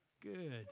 Good